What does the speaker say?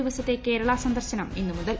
ദിവസത്തെ കേരള സന്ദർശനം ഇന്നു മുതൽ